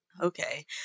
Okay